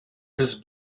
his